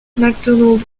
macdonald